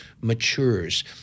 matures